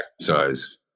exercise